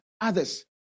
others